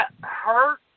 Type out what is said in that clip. hurt